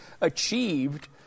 achieved